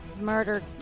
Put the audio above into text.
murdered